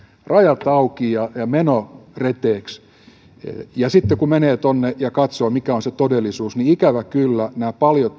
rajat auki ja ja meno reteäksi sitten kun menee tuonne ja katsoo mikä on se todellisuus niin ikävä kyllä nämä paljot